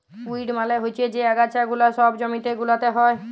weed মালে হচ্যে যে আগাছা গুলা সব জমি গুলাতে হ্যয়